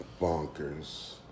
Bonkers